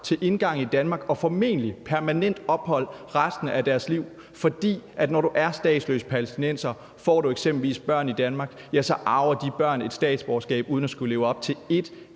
ind i Danmark og formentlig få permanent ophold resten af deres liv? For når du er statsløs palæstinenser og eksempelvis får børn i Danmark, arver de børn et statsborgerskab uden at skulle leve op til et